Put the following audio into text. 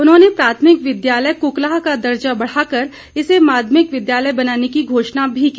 उन्होंने प्राथमिक विद्यालय कुकलाह का दर्जा बढाकर इसे माध्यमिक विद्यालय बनाने की घोषणा भी की